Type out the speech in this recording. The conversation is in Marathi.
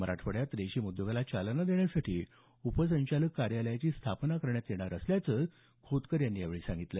मराठवाड्यात रेशीम उद्योगाला चालना देण्यासाठी उपसंचालक कार्यालयाची स्थापना करण्यात येणार असल्याचं खोतकर यांनी सांगितलं